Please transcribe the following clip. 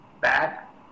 back